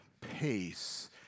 pace